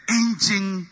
engine